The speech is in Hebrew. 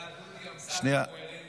כי אתה, דודי אמסלם, קוהרנטי.